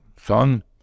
son